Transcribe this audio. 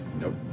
Nope